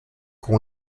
con